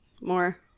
more